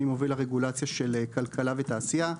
אני מוביל הרגולציה של כלכלה ותעשייה.